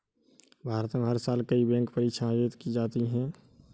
भारत में हर साल कई बैंक परीक्षाएं आयोजित की जाती हैं